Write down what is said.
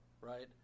right